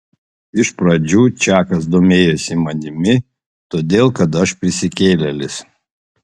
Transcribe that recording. iš pradžių čakas domėjosi manimi todėl kad aš prisikėlėlis